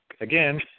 again